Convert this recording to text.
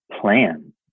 plan